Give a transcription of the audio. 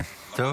למדת משהו.